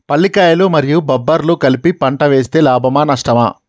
పల్లికాయలు మరియు బబ్బర్లు కలిపి పంట వేస్తే లాభమా? నష్టమా?